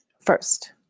First